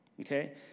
Okay